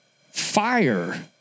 fire